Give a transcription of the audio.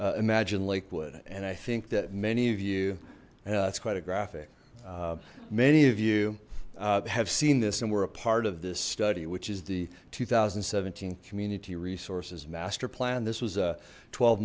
imagine lakewood and i think that many of you know that's quite a graphic many of you have seen this and we're a part of this study which is the two thousand and seventeen community resources master plan this was a twelve